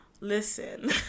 listen